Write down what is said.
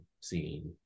scene